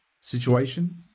situation